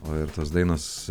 o ir tos dainos